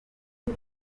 ati